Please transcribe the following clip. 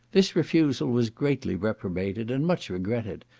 this refusal was greatly reprobated, and much regretted,